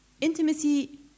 Intimacy